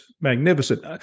magnificent